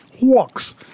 Walks